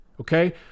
Okay